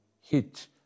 hit